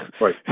Right